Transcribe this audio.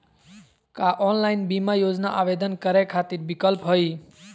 का ऑनलाइन बीमा योजना आवेदन करै खातिर विक्लप हई?